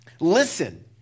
Listen